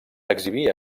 exhibir